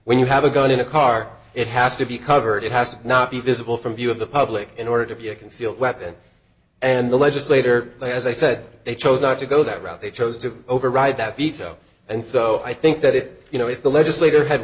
when you have a gun in a car it has to be covered it has to not be visible from view of the public in order to be a concealed weapon and the legislator as i said they chose not to go that route they chose to override that veto and so i think that if you know if the legislator had